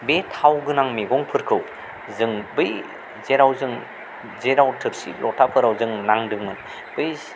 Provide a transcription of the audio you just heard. बे थाव गोनां मैगंफोरखौ जों बै जेराव जों जेराव थोरसि लथाफोराव जों नांदोंमोन बै